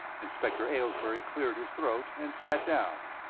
inspector aylesbury cleared his throat and sat down.